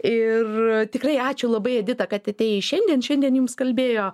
ir tikrai ačiū labai edita kad atėjai šiandien šiandien jums kalbėjo